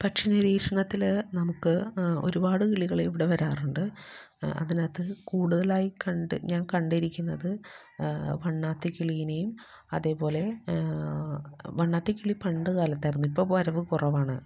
പക്ഷി നിരീക്ഷണത്തിൽ നമുക്ക് ഒരുപാട് കിളികൾ ഇവിടെ വരാറുണ്ട് അതിനകത്ത് കൂടുതലായി കണ്ടു ഞാൻ കണ്ടിരിക്കുന്നത് വണ്ണാത്തി കിളിയെയും അതേപോലെ വണ്ണാത്തിക്കിളി പണ്ട് കാലത്തായിരുന്നു ഇപ്പോൾ വരവ് കുറവാണ്